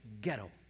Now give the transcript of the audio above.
ghetto